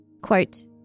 Quote